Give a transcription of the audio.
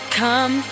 come